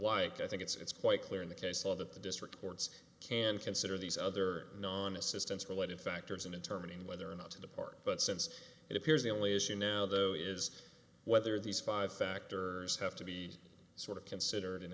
like i think it's quite clear in the case law that the district courts can consider these other non assistance related factors in determining whether or not to depart but since it appears the only issue now though is whether these five factor have to be sort of considered in